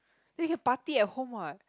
then you can party at home what